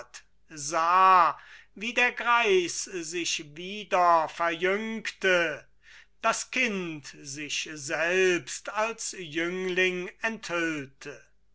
wie der greis sich wieder verjüngte das kind sich selbst als jüngling enthüllte